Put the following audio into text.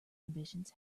ambitions